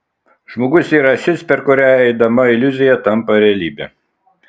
žmogus yra ašis per kurią eidama iliuzija tampa realybe